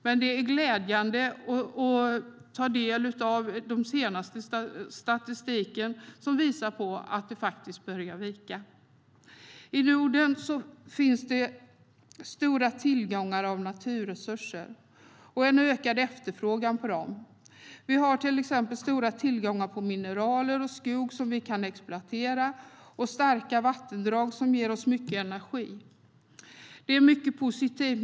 Men det är glädjande att ta del av den senaste statistiken som visar att ungdomsarbetslösheten börjar ge vika. I Norden finns det stora tillgångar av naturresurser och ökad efterfrågan på dem. Vi har till exempel stora tillgångar på mineraler och skog som vi kan exploatera och starka vattendrag som ger oss mycket energi. Det är mycket positivt.